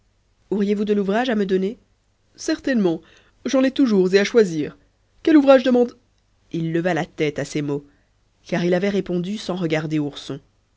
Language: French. auriez-vous de l'ouvrage à me donner certainement j'en ai toujours et à choisir quel ouvrage demand il leva la tête à ces mots car il avait répondu sans regarder ourson